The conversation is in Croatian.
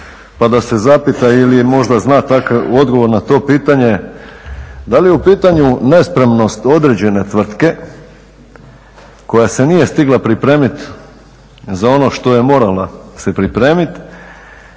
pa da se zapita ili možda zna odgovor na to pitanje, da li je u pitanju nespremnost određene tvrtke koja se nije stigla pripremiti za ono što se morala pripremiti